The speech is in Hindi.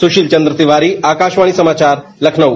सुशील चंद्र तिवारी आकाशवाणी समाचार लखनऊ